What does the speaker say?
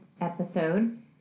episode